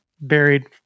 buried